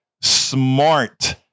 smart